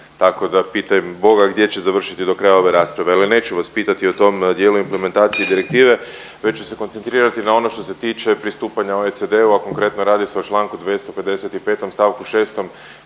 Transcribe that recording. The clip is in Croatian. tako da pitaj Boga gdje će završiti do kraja ove rasprave. Ali neću vas pitaju o tom dijelu implementacije direktive već ću se koncentrirati na ono što se tiče pristupanja OECD-u a konkretno radi se o Članku 255. stavku 6.